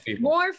more